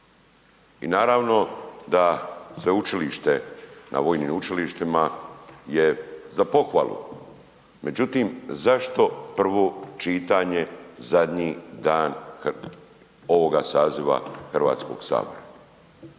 I naravno da sveučilište na vojnim učilištima je za pohvalu. Međutim, zašto prvo čitanje zadnji dan ovoga saziva HS? Hrvatski vojnik,